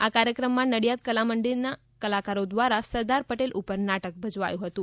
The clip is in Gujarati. આ કાર્યક્રમમાં નડિયાદ કલામંદિર ના કલાકારો દ્વારા સરદાર પટેલ ઉપર નાટક ભજવાયું હતું